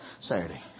Saturday